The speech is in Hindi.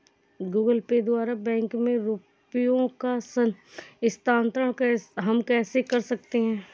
गूगल पे द्वारा बैंक में रुपयों का स्थानांतरण हम कैसे कर सकते हैं?